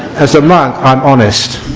as a monk i am honest